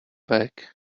bag